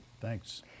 Thanks